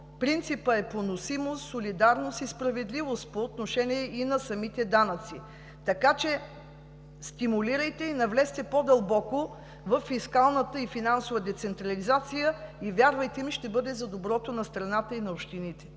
принципът е: поносимост, солидарност и справедливост по отношение и на самите данъци. Така че стимулирайте и навлезте по-дълбоко във фискалната и финансовата децентрализация и – вярвайте ми – ще бъде за доброто на страната и на общините.